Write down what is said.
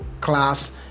class